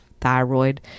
thyroid